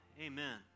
Amen